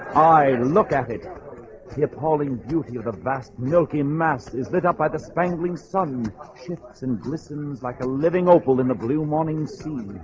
i'll look at it the appalling beauty of a vast milky mass is lit up by the spangling son shifts and glistens like a living opal in the blue morning seen